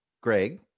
Greg